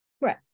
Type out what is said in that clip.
right